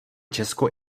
česko